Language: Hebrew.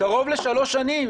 קרוב לשלוש שנים.